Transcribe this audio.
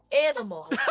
animal